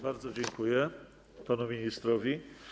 Bardzo dziękuję panu ministrowi.